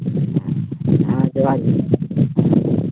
ᱦᱮᱸ ᱡᱚᱸᱦᱟᱨ ᱜᱮ